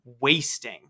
wasting